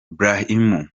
brahim